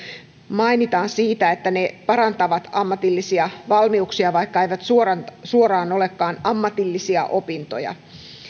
mainitaan esimerkkeinä siitä että ne parantavat ammatillisia valmiuksia vaikka eivät suoraan suoraan olekaan ammatillisia opintoja